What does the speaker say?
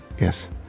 yes